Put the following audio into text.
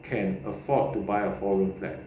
can afford to buy a four room flat